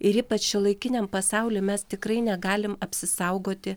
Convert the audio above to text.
ir ypač šiuolaikiniam pasauly mes tikrai negalim apsisaugoti